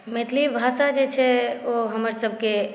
मैथिली भाषा जे छै ओ हमरसभके